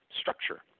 structure